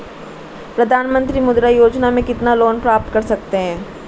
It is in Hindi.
प्रधानमंत्री मुद्रा योजना में कितना लोंन प्राप्त कर सकते हैं?